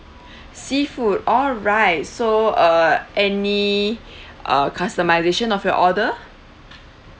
seafood all right so uh any uh customisation of your order